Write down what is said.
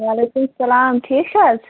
وعلیکُم سَلام ٹھیٖک چھِ حظ